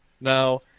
Now